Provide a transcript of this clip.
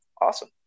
awesome